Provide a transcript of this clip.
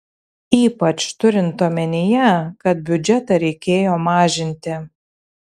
ypač turint omenyje kad biudžetą reikėjo mažinti